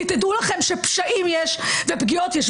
כי תדעו לכם שפשעים יש, ופגיעות יש.